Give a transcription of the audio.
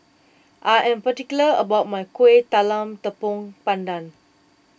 I am particular about my Kuih Talam Tepong Pandan